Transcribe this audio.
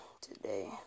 today